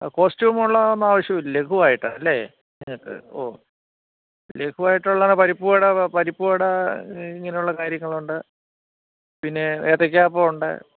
costume ഉള്ള ഒന്നും ആവശ്യമില്ല ലഖുവായിട്ട് അല്ലേ നിങ്ങൾക്ക് ഓ ലഖുവായിട്ടുള്ളത് പരിപ്പുവട പരിപ്പുവട ഇങ്ങനെയുള്ള കാര്യങ്ങളുണ്ട് പിന്നെ ഏത്തയ്ക്കാപ്പം ഉണ്ട്